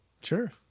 Sure